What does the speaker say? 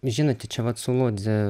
žinote čia vat su lodze